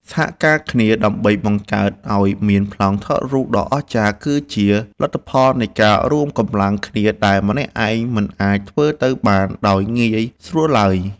សហការគ្នាដើម្បីបង្កើតឱ្យមានប្លង់ថតរូបដ៏អស្ចារ្យគឺជាលទ្ធផលនៃការរួមកម្លាំងគ្នាដែលម្នាក់ឯងមិនអាចធ្វើទៅបានដោយងាយស្រួលឡើយ។